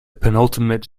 penultimate